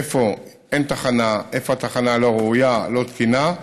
איפה אין תחנה, איפה התחנה לא ראויה, לא תקינה.